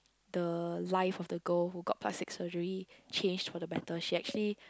the life of the goal who got plastic surgery change for the better she actually